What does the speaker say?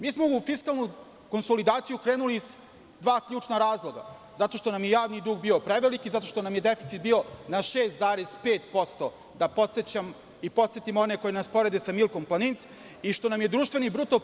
Mi smo u fiskalnu konsolidaciju krenuli iz dva ključna razloga, zato što nam je javni dug bio prevelik i zato što nam je deficit bio na 6,5%, da podsetim one koji nas porede sa Milkom Planinc i što nam je BDP 2014. godine bio minus 1%